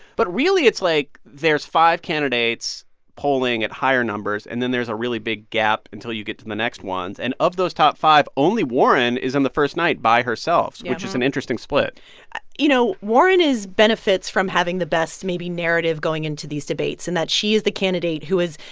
but really, it's like there's five candidates polling at higher numbers, and then there's a really big gap until you get to the next ones. and of those top five, only warren is in um the first night by herself, which is an interesting split you know, warren is benefits from having the best, maybe, narrative going into these debates, and that she is the candidate who is,